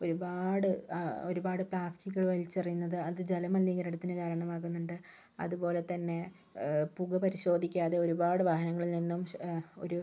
ഒരുപാട് ഒരുപാട് പ്ലാസ്റ്റിക്കുകൾ വലിച്ചെറിയുന്നത് അത് ജല മലിനീകരണത്തിന് കാരണം ആകുന്നുണ്ട് അതുപോലെ തന്നെ പുക പരിശോധിക്കാതെ ഒരുപാട് വാഹനങ്ങളിൽ നിന്നും ഒരു